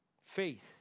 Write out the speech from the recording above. Faith